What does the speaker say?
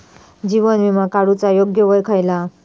जीवन विमा काडूचा योग्य वय खयला?